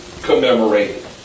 commemorated